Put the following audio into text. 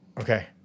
okay